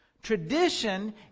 Tradition